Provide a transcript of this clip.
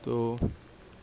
তো